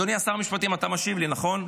אדוני שר המשפטים, אתה משיב לי, נכון?